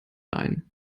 ein